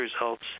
results